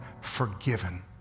forgiven